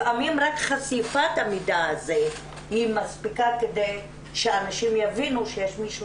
לפעמים רק חשיפת המידע הזה היא מספיקה כדי שאנשים יבינו שיש מישהו